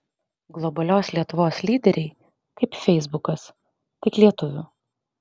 globalios lietuvos lyderiai kaip feisbukas tik lietuvių